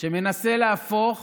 שמנסה להפוך